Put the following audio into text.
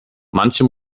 manche